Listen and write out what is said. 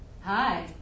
Hi